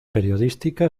periodística